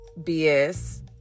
BS